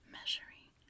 Measuring